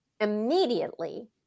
immediately